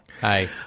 Hi